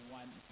one